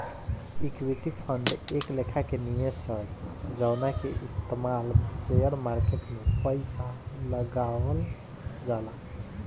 equity fund एक लेखा के निवेश ह जवना के इस्तमाल शेयर मार्केट में पइसा लगावल जाला